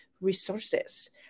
resources